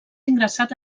ingressat